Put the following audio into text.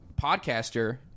podcaster